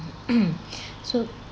so